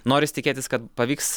noris tikėtis kad pavyks